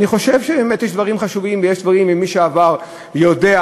אני חושב שבאמת יש דברים חשובים, ומי שעבר יודע,